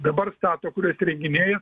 dabar stato kuriuos įrenginėja